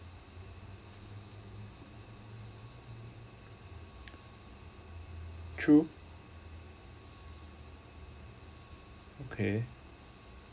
true okay